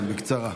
כן, בקצרה.